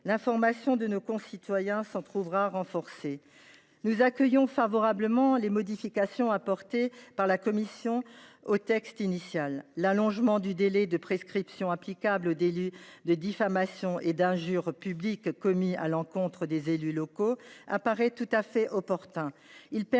L’information de nos concitoyens s’en trouvera renforcée. Nous accueillons favorablement les modifications apportées par la commission au texte initial. L’allongement du délai de prescription applicable aux délits d’injure et de diffamation publiques commis à l’endroit des élus locaux apparaît tout à fait opportun.